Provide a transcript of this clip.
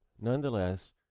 Nonetheless